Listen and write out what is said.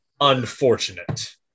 unfortunate